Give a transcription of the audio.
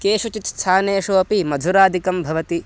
केषुचित् स्थानेषु अपि मधुरादिकं भवति